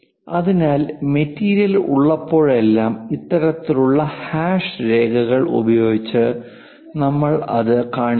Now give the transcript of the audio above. അതിനാൽ മെറ്റീരിയൽ ഉള്ളപ്പോഴെല്ലാം ഇത്തരത്തിലുള്ള ഹാഷ് രേഖകൾ ഉപയോഗിച്ച് നമ്മൾ അത് കാണിക്കുന്നു